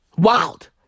Wild